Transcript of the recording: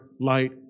light